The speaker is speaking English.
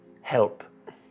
help